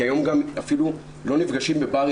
כי היום אפילו לא נפגשים בברים,